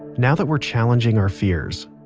now that we're challenging our fears,